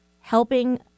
helping